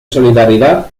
solidaridad